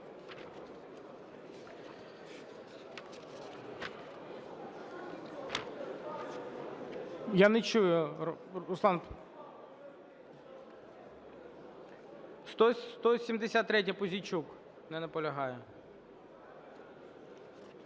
Я не чую, Руслан… 173-я, Пузійчук. Не наполягає.